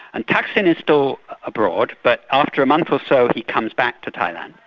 and thaksin is still abroad but after a month or so he comes back to thailand.